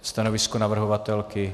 Stanovisko navrhovatelky?